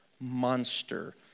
monster